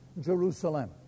Jerusalem